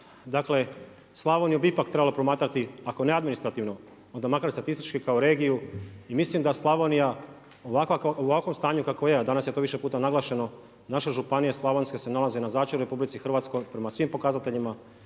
Dakle, Slavoniju bi ipak trebalo promatrati ako ne administrativno, onda makar statistički kao regiju. I mislim da Slavonija u ovakvom stanju kako je, a danas je to više puta naglašeno, naša županija slavonska se nalazi na začelju u Republici Hrvatskoj prema svim pokazateljima.